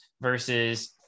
versus